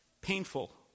painful